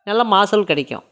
நல்ல மகசூல் கெடைக்கும்